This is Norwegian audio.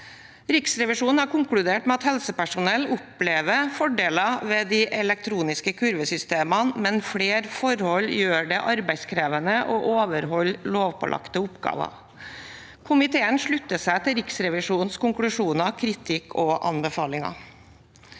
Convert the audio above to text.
Riksrevisjonen har konkludert med at helsepersonell opplever fordeler ved de elektroniske kurvesystemene, men flere forhold gjør det arbeidskrevende å overholde lovpålagte oppgaver. Komiteen slutter seg til Riksrevisjonens konklusjoner, kritikk og anbefalinger.